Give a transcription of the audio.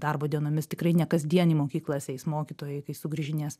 darbo dienomis tikrai ne kasdien į mokyklas eis mokytojai kai sugrįžinės